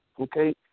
okay